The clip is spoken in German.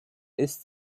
ist